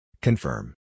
Confirm